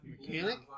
Mechanic